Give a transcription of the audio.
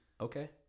Okay